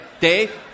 Dave